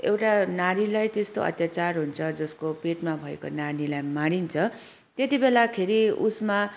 एउटा नारीलाई त्यस्तो अत्याचार हुन्छ जसको पेटमा भएको नानीलाई मारिन्छ त्यति बेलाखेरि उसमा